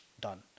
done